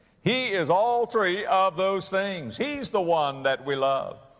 he is all three of those things. he's the one that we love.